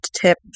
tip